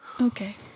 Okay